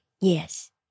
Yes